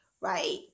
right